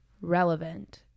relevant